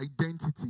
identity